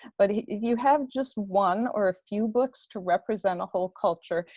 but if you have just one or a few books to represent a whole culture,